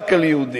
רק על יהודים,